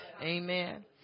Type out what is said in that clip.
Amen